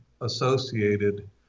associated